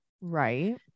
Right